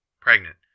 pregnant